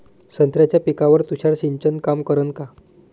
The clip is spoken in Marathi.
संत्र्याच्या पिकावर तुषार सिंचन काम करन का?